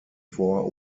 vor